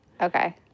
Okay